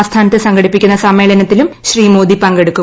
ആസ്ഥാനത്ത് സംഘടിപ്പിക്കുന്ന സമ്മേളനത്തിലും പങ്കെടുക്കും